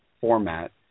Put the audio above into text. format